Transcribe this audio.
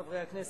חברי הכנסת,